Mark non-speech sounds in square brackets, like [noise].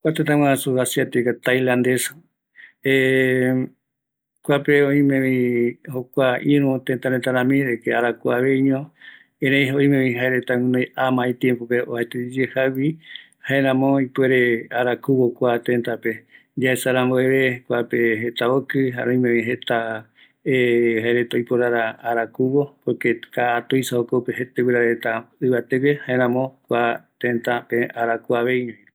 Kua tëtä guasu asiatica Tailandes tailanda, [hesitation] kuape oimevi, jokua iru tëtä reta rami, de que jukuaveiño erei oimevi jaerta guinoi ama itiempope oajaeteyeye jaïvi, jaeramo ipuere arakuvo kua tëtäpe, yaesa ramboeve kuape jeta okï, jare oimevi jeta [hesitation] oiporara arakuvo por kaa tuisa jokope ivira reta ivateye, jaeramo kua tëtë ararakuaveiño.